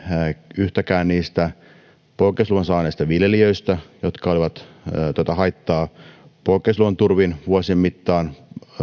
yhtäkään niistä poikkeusluvan saaneista viljelijöistä jotka olivat tätä haittaa poikkeusluvan turvin vuosien mittaan